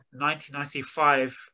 1995